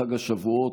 חג השבועות,